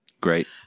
Great